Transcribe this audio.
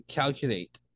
calculate